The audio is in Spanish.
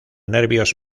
nervios